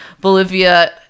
Bolivia